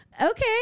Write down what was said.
Okay